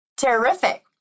Terrific